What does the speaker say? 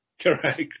Correct